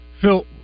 Phil